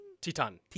Titan